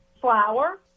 flour